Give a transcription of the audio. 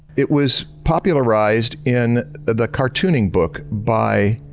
it was popularized in the cartooning book by